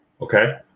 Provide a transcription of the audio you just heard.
Okay